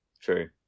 true